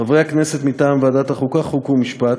חברי הכנסת מטעם ועדת החוקה, חוק ומשפט: